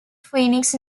phoenix